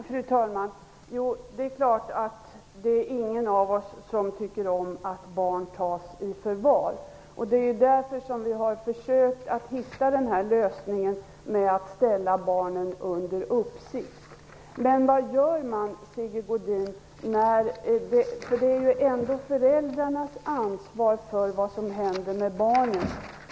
Fru talman! Det är klart att ingen av oss tycker om att barn tas i förvar. Det är därför som vi har försökt att hitta lösningen att ställa barnen under uppsikt. Men vad skall man göra, Sigge Godin? Det är ändå föräldrarna som har ansvar för vad som händer barnen.